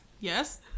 Yes